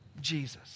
Jesus